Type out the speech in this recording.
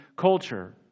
culture